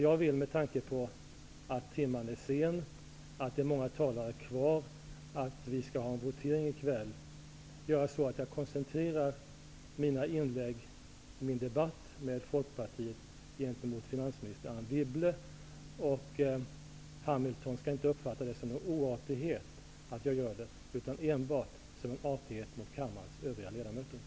Jag kommer, med tanke på att timmen är sen, att det är många talare kvar på talarlistan och att vi skall ha en votering i kväll, att koncentrera mina inlägg och min debatt med Hamilton skall inte uppfatta det som någon oartighet att jag gör detta, utan enbart som en artighet mot kammarens övriga ledamöter.